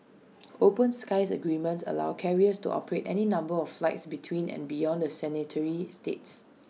open skies agreements allow carriers to operate any number of flights between and beyond the signatory states